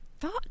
thought